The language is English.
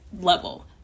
level